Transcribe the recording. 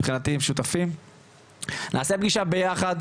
מבחינתי הם שותפים ואנחנו נעשה פגישה ביחד,